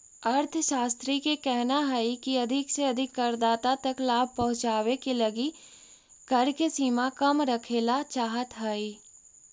अर्थशास्त्रि के कहना हई की अधिक से अधिक करदाता तक लाभ पहुंचावे के लगी कर के सीमा कम रखेला चाहत हई